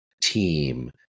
team